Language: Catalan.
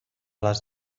les